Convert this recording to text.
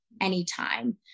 anytime